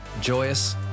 joyous